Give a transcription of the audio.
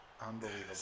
Unbelievable